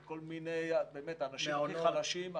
וכל מיני באמת אנשים הכי חלשים,